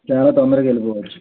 చాలా తొందరగా వెళ్ళిపోవచ్చు